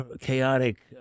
chaotic